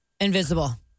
Invisible